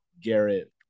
garrett